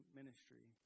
ministry